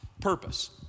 purpose